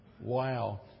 wow